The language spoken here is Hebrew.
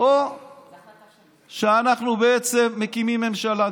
או שאנחנו בעצם מקימים ממשלה.